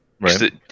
Right